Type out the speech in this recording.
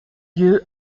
lieu